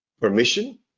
permission